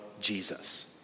Jesus